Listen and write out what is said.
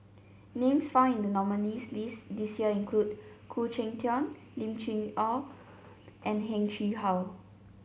names found in the nominees' list this year include Khoo Cheng Tiong Lim Chee Onn and Heng Chee How